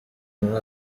muri